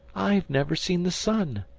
i've never seen the sun.